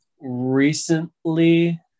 recently